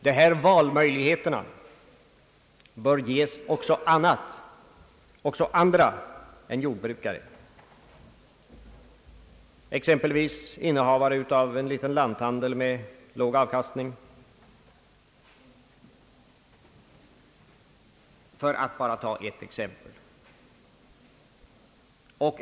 De här valmöjligheterna bör ges också andra än jordbrukare, förslagsvis innehavare av en liten lanthandel med låg avkastning — för att bara ta ett exempel.